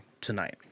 tonight